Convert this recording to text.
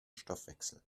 stoffwechsel